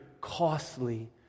costly